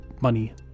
money